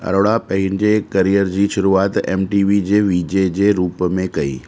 अरोड़ा पंहिंजे करियर जी शुरूआति एम टी वी जे वी जे जे रूप में कई